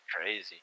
crazy